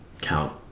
count